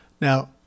Now